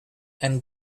and